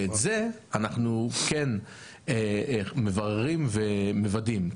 את זה אנחנו כן מבררים ומוודאים,